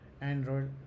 Android